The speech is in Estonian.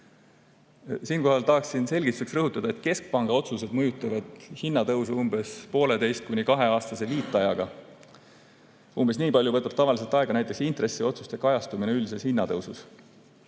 Siinkohal tahaksin selgituseks rõhutada, et keskpanga otsused mõjutavad hinnatõusu umbes pooleteise‑ kuni kaheaastase viiteajaga. Umbes nii palju võtab tavaliselt aega näiteks intressiotsuste kajastumine üldises hinnatõusus.